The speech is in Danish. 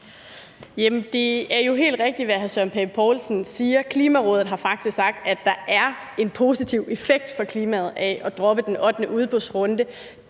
Det er jo helt rigtigt, hvad hr. Søren Pape Poulsen siger – Klimarådet har faktisk sagt, at der er en positiv effekt for klimaet af at droppe den ottende udbudsrunde.